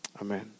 Amen